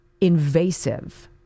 invasive